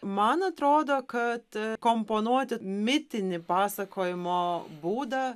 man atrodo kad komponuoti mitinį pasakojimo būdą